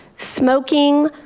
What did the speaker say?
smoking,